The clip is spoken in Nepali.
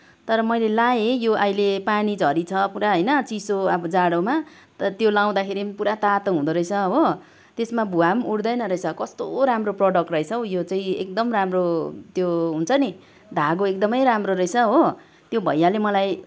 तर मैले लाएँ यो अहिले पानी झरी छ पुरा होइन चिसो अब जाडोमा र त्यो लगाउँदाखेरि पनि पुरा तातो हुँदोरहेछ हो त्यसमा भुवा नि उठदैन रहेछ कस्तो राम्रो प्रडक्ट रहेछ यो चाहिँ एकदम राम्रो त्यो हुन्छ नि धागो एकदमै राम्रो रहेछ हो त्यो भैयाले मलाई